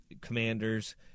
Commanders